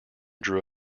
drew